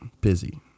busy